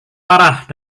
parah